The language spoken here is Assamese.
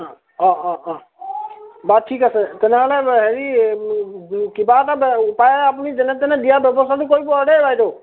অঁ অঁ অঁ বাৰু ঠিক আছে তেনেহ'লে হেৰি কিবা এটা বে উপায়ে আপুনি যেনে তেনে দিয়া ব্যৱস্থাটো কৰিব আৰু দেই বাইদেউ